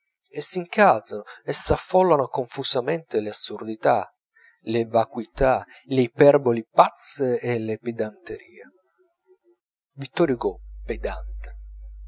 e s'incalzano e s'affollano confusamente le assurdità le vacuità le iperboli pazze e le pedanterie vittor hugo pedante